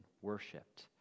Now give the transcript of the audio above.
worshipped